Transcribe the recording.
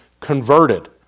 converted